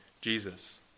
Jesus